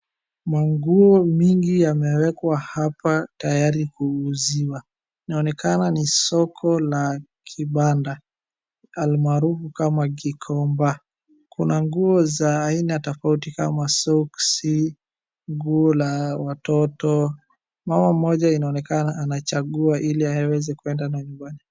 Manguo mingi yamewekwa hapa tayari kuuzwa. Inaonekana ni soko la kibanda, almaarufu kama Gikomba. Kuna nguo za aina tofauti kama soksi, nguo la watoto, mama mmoja inaonekana anachagua ili aweze kuenda nayo nyumbani.